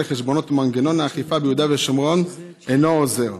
חשבונות ומנגנון האכיפה ביהודה ושומרון אינו עוזר.